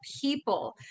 people